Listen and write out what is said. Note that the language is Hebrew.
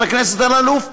חבר הכנסת אלאלוף,